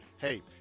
Hey